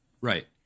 Right